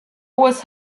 hohes